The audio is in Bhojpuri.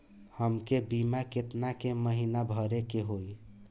हमके बीमा केतना के महीना भरे के होई?